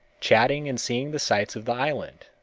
chatting and seeing the sights of the island.